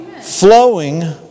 Flowing